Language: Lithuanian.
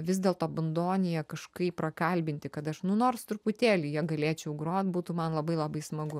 vis dėlto bandoniją kažkaip prakalbinti kad aš nu nors truputėlį ja galėčiau grot būtų man labai labai smagu